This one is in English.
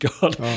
god